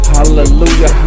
Hallelujah